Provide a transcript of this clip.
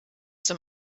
zum